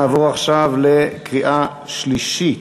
נעבור עכשיו לקריאה שלישית.